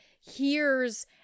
hears